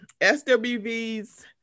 SWV's